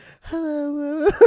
hello